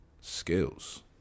skills